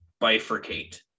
bifurcate